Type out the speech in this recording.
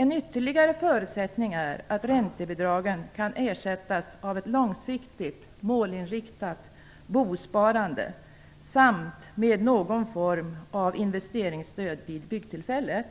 En ytterligare förutsättning är att räntebidragen kan ersättas av ett långsiktigt, målinriktat bosparande samt någon form av investeringsstöd vid byggtillfället.